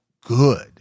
good